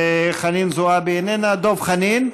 חנין זועבי, איננה, דב חנין?